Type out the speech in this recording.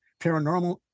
Paranormal